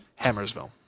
Hammersville